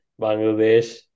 Bangladesh